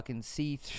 see